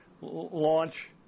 launch